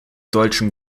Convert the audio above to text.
deutschen